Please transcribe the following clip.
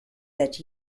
that